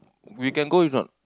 we can go or not